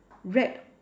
red